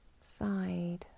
Side